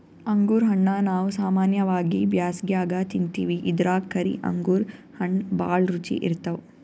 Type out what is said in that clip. ಅಂಗುರ್ ಹಣ್ಣಾ ನಾವ್ ಸಾಮಾನ್ಯವಾಗಿ ಬ್ಯಾಸ್ಗ್ಯಾಗ ತಿಂತಿವಿ ಇದ್ರಾಗ್ ಕರಿ ಅಂಗುರ್ ಹಣ್ಣ್ ಭಾಳ್ ರುಚಿ ಇರ್ತವ್